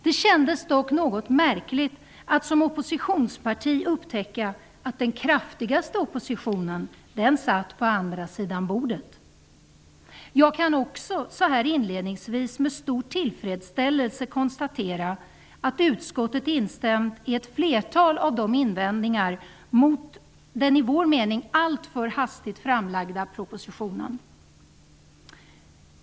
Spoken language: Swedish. Det kändes dock något märkligt att som oppositionsparti upptäcka att den kraftigaste oppositionen satt på andra sidan bordet. Jag kan också, så här inledningsvis, med stor tillfredsställelse konstatera att utskottet instämt i ett flertal av invändningarna mot den i vår mening alltför hastigt framlagda propositionen.